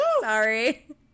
sorry